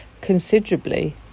considerably